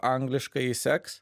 angliškai seks